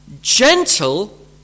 gentle